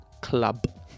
Club